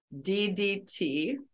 DDT